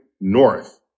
north